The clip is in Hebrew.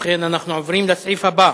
אנחנו עוברים לסעיף הבא: